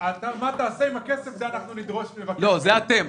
מה תעשה עם הכסף את זה נדרוש -- לא, זה אתם.